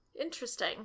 Interesting